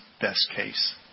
best-case